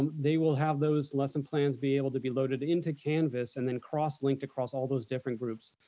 and they will have those lesson plans be able to be loaded into canvas and then cross linked across all those different groups.